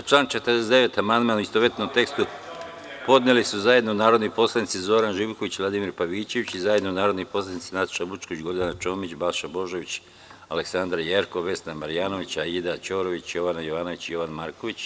Na član 49. amandman, u istovetnom tekstu, podneli su zajedno narodni poslanici Zoran Živković i Vladimir Pavićević i zajedno narodni poslanici Nataša Vučković, Gordana Čomić, Balša Božović, mr Aleksandra Jerkov, Vesna Marjanović, Aida Ćorović, Jovana Jovanović i Jovan Marković.